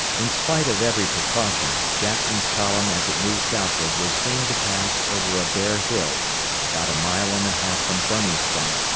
in spite of every precaution, jackson's column as it moved southward was seen to pass over a bare hill about a mile and a half from birney's front,